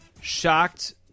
shocked